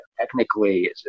technically